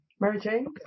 Mary-Jane